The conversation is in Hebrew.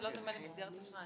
למה זה לא דומה למסגרת אשראי.